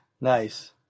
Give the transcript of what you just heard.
nice